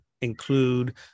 include